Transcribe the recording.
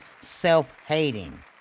self-hating